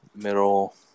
Middle